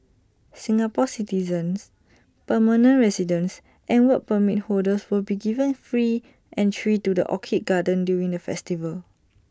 Singapore citizens permanent residents and Work Permit holders will be given free entry to the orchid garden during the festival